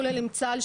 כולל עם צה"ל,